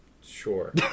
Sure